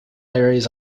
areas